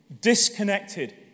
disconnected